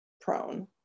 prone